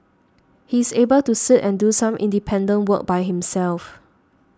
he's able to sit and do some independent work by himself